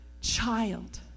child